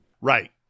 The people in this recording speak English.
Right